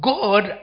God